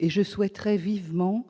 Je souhaite vivement